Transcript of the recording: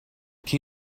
can